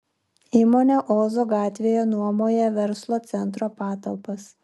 įmonė ozo gatvėje nuomoja verslo centro patalpas